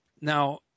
Now